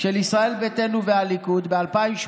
של ישראל ביתנו והליכוד ב-2018